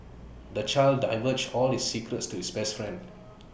the child divulged all his secrets to his best friend